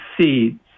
seeds